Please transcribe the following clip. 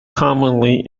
commonly